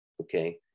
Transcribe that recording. okay